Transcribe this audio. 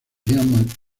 ian